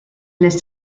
les